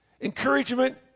Encouragement